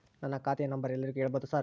ನನ್ನ ಖಾತೆಯ ನಂಬರ್ ಎಲ್ಲರಿಗೂ ಹೇಳಬಹುದಾ ಸರ್?